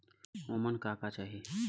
ओमन का का चाही?